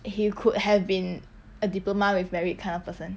he could have been a diploma with merit kind of person